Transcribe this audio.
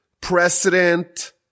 precedent